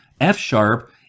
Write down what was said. F-sharp